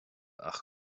ach